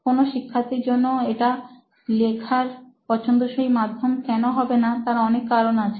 কোনো শিক্ষার্থীর জন্য এটি লেখার পছন্দসই মাধ্যম কেন হবেনা তার অনেক কারণ আছে